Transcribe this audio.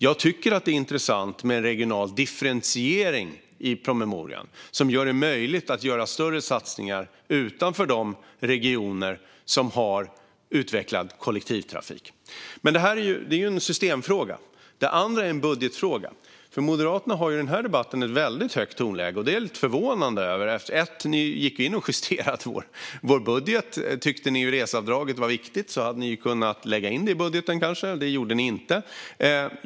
Jag tycker att det är intressant med det som står om regional differentiering i promemorian. Det gör det möjligt att göra större satsningar utanför de regioner som har en utvecklad kollektivtrafik. Detta är dock en systemfråga, och det andra är en budgetfråga. Moderaterna har i den här debatten ett väldigt högt tonläge, och det är jag lite förvånad över eftersom ni gick in och justerade vår budget. Tyckte ni att reseavdraget var viktigt hade ni ju kanske kunnat lägga in det i budgeten, och det gjorde ni inte.